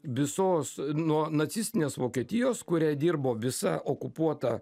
visos nuo nacistinės vokietijos kuriai dirbo visa okupuota